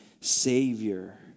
Savior